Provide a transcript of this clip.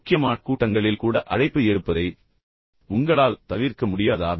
முக்கியமான கூட்டங்களில் கூட அழைப்பு எடுப்பதை உங்களால் தவிர்க்க முடியாதா